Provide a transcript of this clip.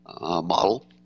model